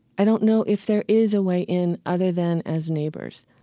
i don't know if there is a way in other than as neighbors